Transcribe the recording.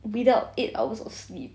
without eight hours of sleep